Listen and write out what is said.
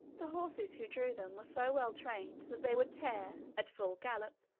the horses who drew them were so well trained, that they would tear, at full gallop,